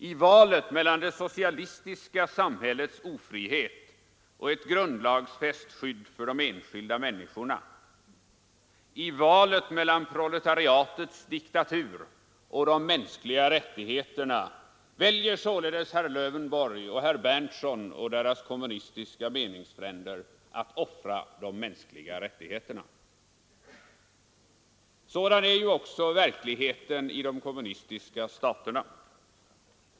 I valet mellan det socialistiska samhällets ofrihet och ett grundlagsfäst skydd för de enskilda människorna, i valet mellan proletariatets diktatur och de mänskliga rättigheterna väljer således herrar Lövenborg och Berndtson och deras kommunistiska meningsfränder att offra de mänskliga rättigheterna. Sådan är ju också verkligheten i de kommunistiska staterna.